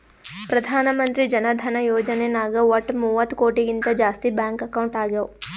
ಪ್ರಧಾನ್ ಮಂತ್ರಿ ಜನ ಧನ ಯೋಜನೆ ನಾಗ್ ವಟ್ ಮೂವತ್ತ ಕೋಟಿಗಿಂತ ಜಾಸ್ತಿ ಬ್ಯಾಂಕ್ ಅಕೌಂಟ್ ಆಗ್ಯಾವ